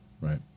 Right